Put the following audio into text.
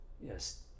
Yes